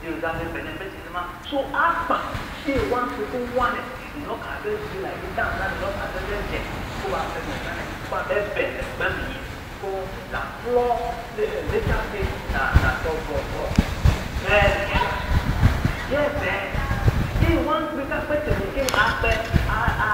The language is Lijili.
Nyɛ lo zaa wii bɛnɛm bɛ cɛnɛ ma. Soo, akpa iwā nkpi kɔ̄ wā nɛ, inɔ ka bɛ dzi nagiitā nzanɛ, inɔ ka bɛ vɛ jɛ kɔ̄ ba pɛ mɛ nzanɛ, kuba bɛ bɛm lukpɛ minya kɔ̄ lan kplɔɔ li e litafi na- natɔ vrovro bɛ linyɛ la nɛ. Nyɛ bɛɛ, iwā nkpi ka kpɛ tɛmɛkɛ akpɛ a a